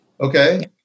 Okay